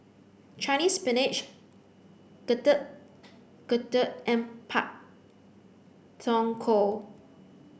Chinese spinach Getuk Getuk and Pak Thong Ko